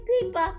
people